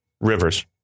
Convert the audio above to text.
Rivers